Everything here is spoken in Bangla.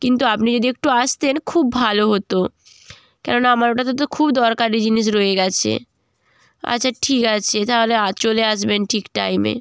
কিন্তু আপনি যদি একটু আসতেন খুব ভালো হতো কেননা আমার ওটাতে তো খুব দরকারি জিনিস রয়ে গেছে আচ্ছা ঠিক আছে তাহলে আ চলে আসবেন ঠিক টাইমে